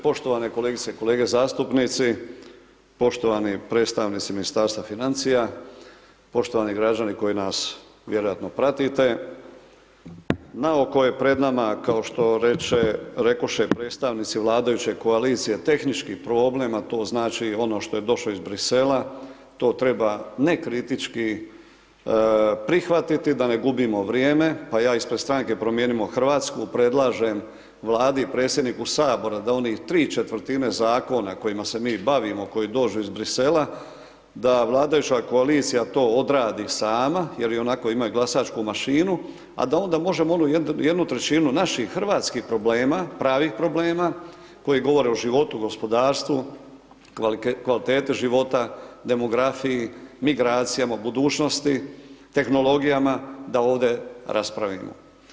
Poštovane kolegice i kolege zastupnici, poštovani predstavnici Ministarstva financija, poštovani građani koji nas vjerojatno pratite, naoko je pred nama, kao što reče, rekoše predstavnici vladajuće koalicije, tehnički problem, a to znači ono što je došlo iz Brisela, to treba, ne kritički prihvatiti da ne gubimo vrijeme, pa ja ispred Stranke promijenimo Hrvatsku, predlažem Vladi i predsjedniku HS da onih ¾ zakona kojima se mi bavimo, koji dođu iz Brisela, da vladajuća koalicija to odradi sama jer ionako imaju glasačku mašinu, a da onda možemo onu 1/3 naših hrvatskih problema, pravih problema koji govore o životu, gospodarstvu, kvaliteti života, demografiji, migracijama, budućnosti, tehnologijama, da ovdje raspravimo.